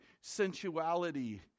sensuality